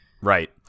Right